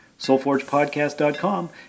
soulforgepodcast.com